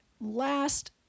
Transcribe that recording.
last